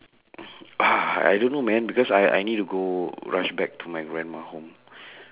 ah I don't know man cause I I need to go rush back to my grandma home